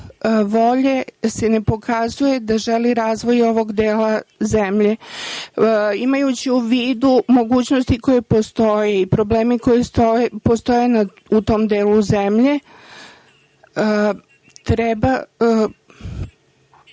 Vlada ne pokazuje da želi razvoj ovog dela zemlje. Imajući u vidu mogućnosti koje postoje i problemi koji postoje u tom delu zemlje, vi